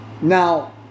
Now